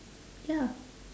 ya